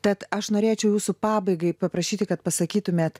tad aš norėčiau jūsų pabaigai paprašyti kad pasakytumėt